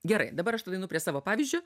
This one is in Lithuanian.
gerai dabar aš tada einu prie savo pavyzdžio